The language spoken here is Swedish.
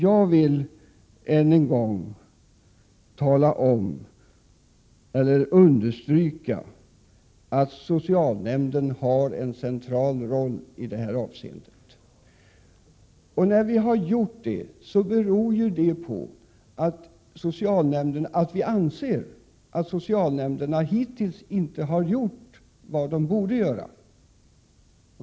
Jag vill än en gång understryka att socialnämnden har en central roll i behandlingsarbetet. Vi anser att socialnämnderna hittills inte har gjort vad de borde göra.